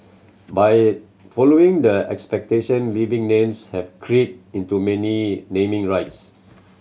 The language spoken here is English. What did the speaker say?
but it following the exception living names have crept into many naming rights